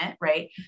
right